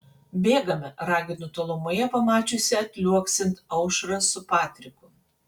bėgame raginu tolumoje pamačiusi atliuoksint aušrą su patriku